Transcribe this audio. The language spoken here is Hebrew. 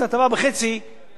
זה 2.5 3 מיליארד שקל.